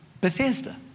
Bethesda